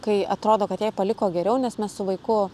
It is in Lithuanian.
kai atrodo kad jai paliko geriau nes mes su vaiku